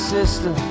sister